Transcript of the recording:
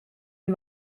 den